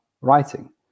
writing